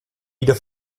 wieder